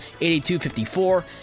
82-54